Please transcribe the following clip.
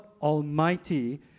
Almighty